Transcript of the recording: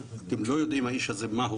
אתם לא יודעים מה האיש הזה עושה.